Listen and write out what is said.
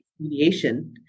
mediation